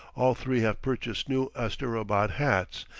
all three have purchased new asterabad hats,